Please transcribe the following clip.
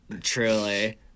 Truly